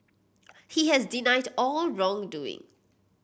he has denied all wrongdoing